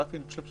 אני חושב